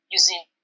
using